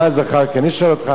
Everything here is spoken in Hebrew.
בוא נאמר שזו לא היתה אשה,